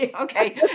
Okay